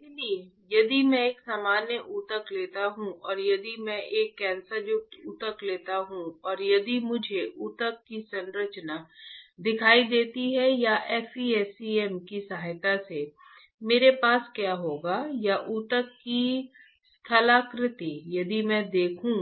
इसलिए यदि मैं एक सामान्य ऊतक लेता हूं और यदि मैं एक कैंसरयुक्त ऊतक लेता हूं और यदि मुझे ऊतक की संरचना दिखाई देती है या FESEM की सहायता से मेरे पास क्या होगा या ऊतक की स्थलाकृति यदि मैं देखूं